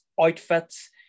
outfits